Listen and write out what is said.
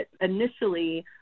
initially